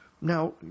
Now